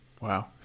Wow